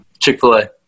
Chick-fil-A